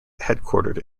headquartered